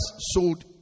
sold